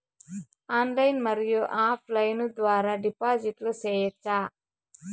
Online మరియు offline ద్వారా డిపాజిట్లు సేయొచ్చా?